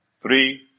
Three